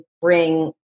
bring